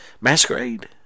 masquerade